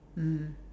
mm